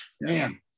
Man